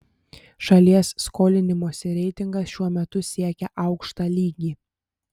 šalies skolinimosi reitingas šiuo metu siekia aukštą lygį